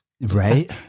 Right